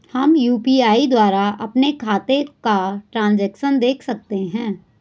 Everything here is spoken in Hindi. हम यु.पी.आई द्वारा अपने खातों का ट्रैन्ज़ैक्शन देख सकते हैं?